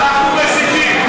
אנחנו מסיתים?